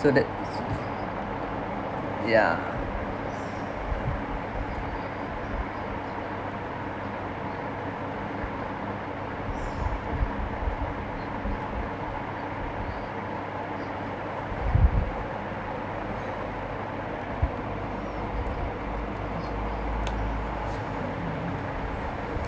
so that's yeah